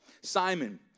Simon